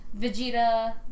Vegeta